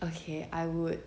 okay I would